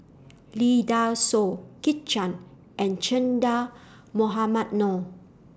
Lee Dai Soh Kit Chan and Che Dah Mohamed Noor